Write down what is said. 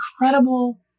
incredible